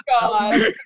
God